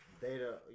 Data